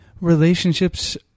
relationships